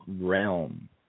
realm